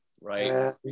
Right